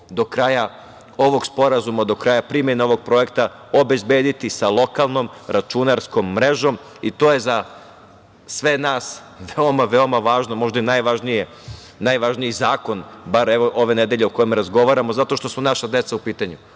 do kraja ovog sporazuma, do kraja primene ovog projekta, obezbediti sa lokalnom računarskom mrežom. To je za sve nas veoma, veoma važno, možda i najvažniji zakon, bar ove nedelje o kojem razgovaramo, zato što su naša deca u pitanju.